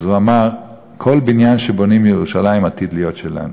אז הוא אמר: כל בניין שבונים בירושלים עתיד להיות שלנו.